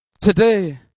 today